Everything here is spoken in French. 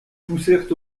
poussèrent